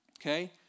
Okay